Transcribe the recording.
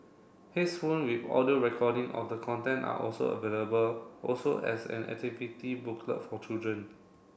heads phone with audio recording of the content are also available also as an activity booklet for children